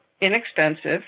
inexpensive